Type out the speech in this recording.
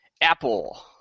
Apple